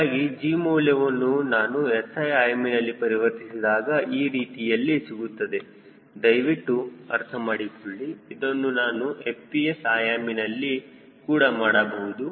ಹೀಗಾಗಿ G ಮೌಲ್ಯವನ್ನು ನಾನು SI ಆಯಾಮಿನಲ್ಲಿ ಪರಿವರ್ತಿಸಿದಾಗ ಈ ರೀತಿಯಲ್ಲಿ ಸಿಗುತ್ತದೆ ದಯವಿಟ್ಟು ಅರ್ಥ ಮಾಡಿಕೊಳ್ಳಿ ಇದನ್ನು ನಾನು FPS ಆಯಾಮಿನಲ್ಲಿ ಕೂಡ ಮಾಡಬಹುದು